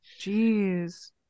Jeez